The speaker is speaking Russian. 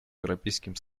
европейским